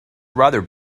rather